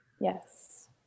Yes